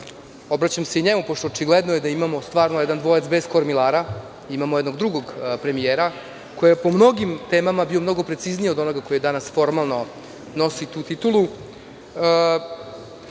obraćam se njemu pošto je očigledno da imamo stvarno jedan dvojac bez kormilara, imamo jednog drugog premijera, koji je po mnogim temama bio mnogo precizniji od ovoga koji danas formalno nosi tu titulu. Pre